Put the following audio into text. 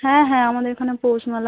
হ্যাঁ হ্যাঁ আমাদের এখানে পৌষ মেলা